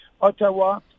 Ottawa